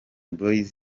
boyz